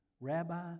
Rabbi